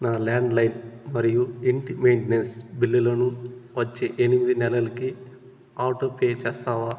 నా landline మరియు ఇంటి మెయింటెనెన్స్ బిల్లులను వచ్చే ఎనిమిది నెలలకి ఆటోపే చేస్తావా